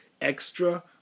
extra